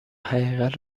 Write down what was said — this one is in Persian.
حقیقت